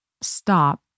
stop